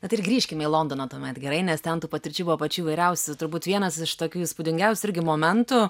na tai ir grįžkime į londoną tuomet gerai nes ten tų patirčių buvo pačių įvairiausių turbūt vienas iš tokių įspūdingiausių irgi momentų